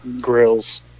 grills